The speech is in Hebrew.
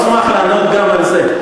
ואני לא מוסמך לענות גם על זה.